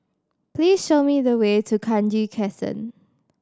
please show me the way to Kranji Crescent